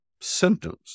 symptoms